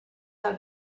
del